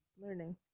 learning